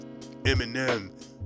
Eminem